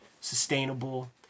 sustainable